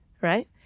right